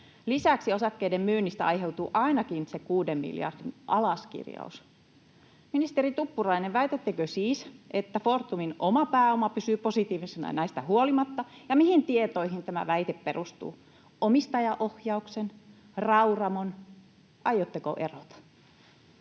Lisäksi osakkeiden myynnistä aiheutuu ainakin se 6 miljardin alaskirjaus. Ministeri Tuppurainen, väitättekö siis, että Fortumin oma pääoma pysyy positiivisena näistä huolimatta, ja mihin tietoihin tämä väite perustuu — omistajaohjauksen, Rauramon? Aiotteko erota?